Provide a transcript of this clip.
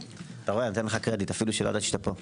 אני נותן לך קרדיט אפילו שלא ידעתי שאתה פה.